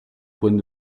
point